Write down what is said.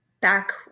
back